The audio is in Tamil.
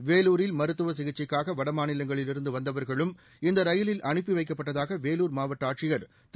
வேலூரில் மருத்துவ சிகிச்சைக்காக வடமாநிலங்களில் இருந்து வந்தவா்களும் இந்த ரயிலில் அனுப்பி வைக்கப்பட்டதாக வேலூர் மாவட்ட ஆட்சியர் திரு